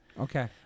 Okay